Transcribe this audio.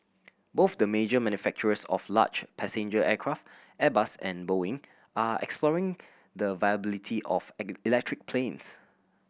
both the major manufacturers of large passenger aircraft Airbus and Boeing are exploring the viability of electric planes